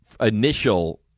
initial